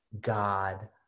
God